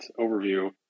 overview